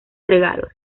regalos